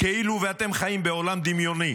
כאילו אתם חיים בעולם דמיוני,